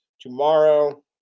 Tomorrow